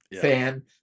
fan